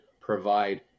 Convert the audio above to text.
provide